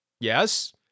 Yes